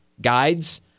guides